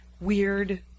Weird